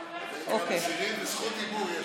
מסירים, וזכות דיבור יש,